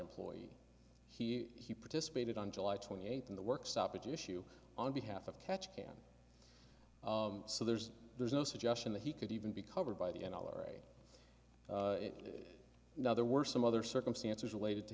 employee he participated on july twenty eighth and the work stoppage issue on behalf of catch can so there's there's no suggestion that he could even be covered by the n r a now there were some other circumstances related to